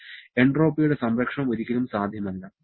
എന്നാൽ എൻട്രോപ്പിയുടെ സംരക്ഷണം ഒരിക്കലും സാധ്യമല്ല